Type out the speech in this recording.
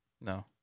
No